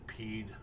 peed